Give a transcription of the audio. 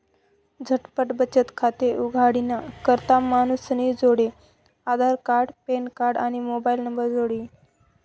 झटपट बचत खातं उघाडानी करता मानूसनी जोडे आधारकार्ड, पॅनकार्ड, आणि मोबाईल नंबर जोइजे